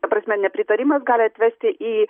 ta prasme nepritarimas gali atvesti į